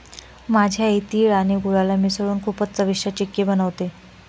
माझी आई तिळ आणि गुळाला मिसळून खूपच चविष्ट चिक्की बनवते